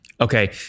Okay